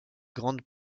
grande